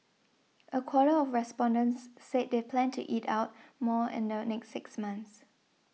a quarter of respondents said they plan to eat out more in the next six months